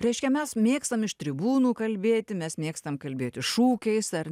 reiškia mes mėgstam iš tribūnų kalbėti mes mėgstam kalbėti šūkiais ar